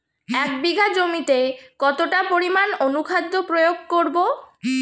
এক বিঘা জমিতে কতটা পরিমাণ অনুখাদ্য প্রয়োগ করব?